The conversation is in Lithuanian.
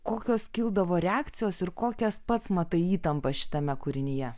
kokios kildavo reakcijos ir kokias pats matai įtampas šitame kūrinyje